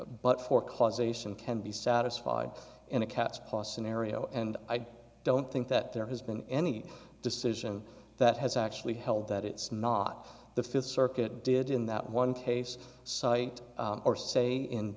but for causation can be satisfied in a cat's paw scenario and i don't think that there has been any decision that has actually held that it's not the fifth circuit did in that one case cite or say in